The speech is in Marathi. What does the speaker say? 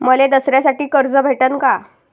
मले दसऱ्यासाठी कर्ज भेटन का?